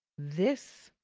this,